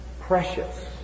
precious